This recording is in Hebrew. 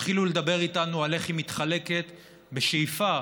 תתחילו לדבר איתנו על איך היא מתחלקת, בשאיפה,